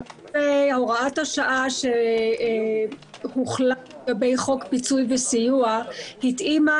הוראת השעה שהוחלט לגבי חוק פיצוי וסיוע התאימה